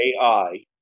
AI